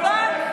חוצפן,